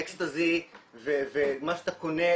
אקסטזי ומה שאתה קונה,